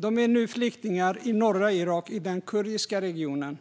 De är nu flyktingar i norra Irak, i den kurdiska regionen.